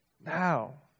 Now